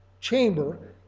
chamber